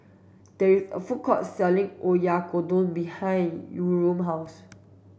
there is a food court selling Oyakodon behind Yurem's house